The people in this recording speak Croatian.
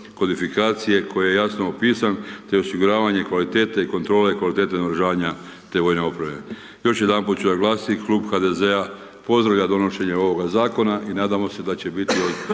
kodifikacije, koji je jasno opisan te osiguranje kvalitete i kontrole, kvalitete naoružavanje vojne opreme. Još jedanput su naglasiti Klub HDZ-a pozdravlja donošenje onoga zakona i nadamo se da će biti